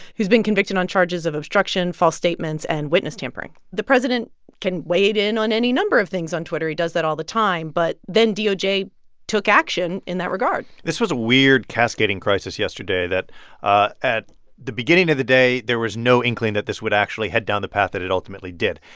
who's been convicted on charges of obstruction, false statements and witness tampering. the president can weigh in on any number of things on twitter he does that all the time. but then doj took action in that regard this was a weird, cascading crisis yesterday that ah at the beginning of the day, there was no inkling that this would actually head down the path that it ultimately did.